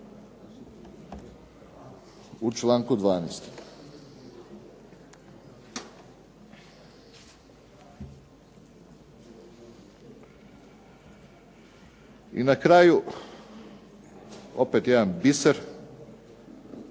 u članku 12. I na kraju opet jedan biser,